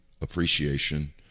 appreciation